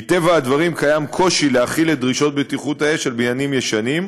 מטבע הדברים קיים קושי להחיל את דרישות בטיחות האש על בניינים ישנים,